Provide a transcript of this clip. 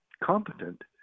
competent